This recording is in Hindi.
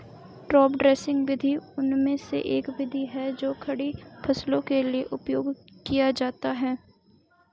टॉप ड्रेसिंग विधि उनमें से एक विधि है जो खड़ी फसलों के लिए उपयोग किया जाता है